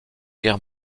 guerre